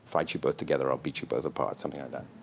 fight you both together, i'll beat you both apart. something like that.